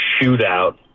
shootout